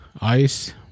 ice